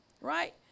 right